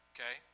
Okay